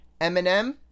Eminem